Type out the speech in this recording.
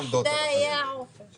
אני באה מהתחום של שלטון מקומי.